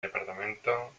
departamento